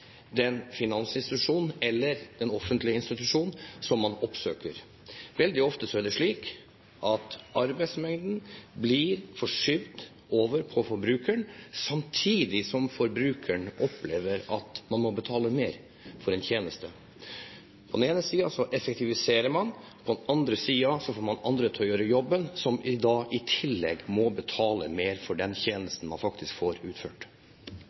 den finansinstitusjonen eller den offentlige institusjonen som man oppsøker. Veldig ofte er det slik at arbeidsmengden blir skjøvet over på forbrukeren, samtidig som forbrukeren opplever å måtte betale mer for en tjeneste. På den ene siden effektiviserer man, på den andre siden får man andre til å gjøre jobben – som da i tillegg må betale mer for den tjenesten man faktisk